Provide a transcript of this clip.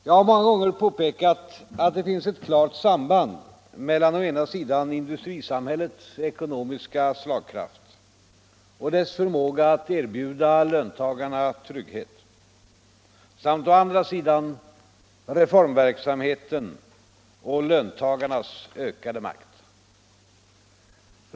Jag har många gånger påpekat att det finns ett klart samband mellan å ena sidan industrisamhällets ekonomiska slagkraft och dess förmåga att erbjuda löntagarna trygghet samt å andra sidan reformverksamheten och löntagarnas ökade makt.